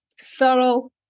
thorough